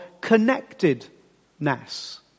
connectedness